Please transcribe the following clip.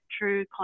true